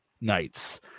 nights